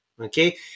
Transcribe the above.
okay